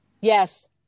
Yes